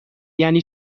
یعنی